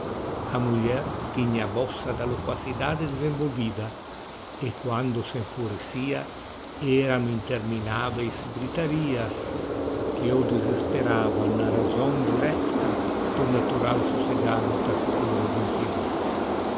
a mulher tinha a bóssa da loquacidade desenvolvida e quando se enfurecia eram interminaveis gritarias que o desesperavam na razão directa do natural socegado e taciturno do infeliz